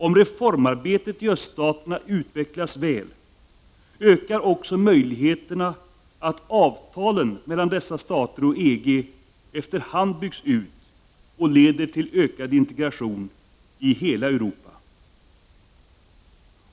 Om reformarbetet i öststaterna utvecklas väl, ökar också möjligheterna att avtalen mellan dessa stater och EG efter hand byggs ut och leder till ökad integration i hela Europa.